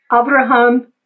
Abraham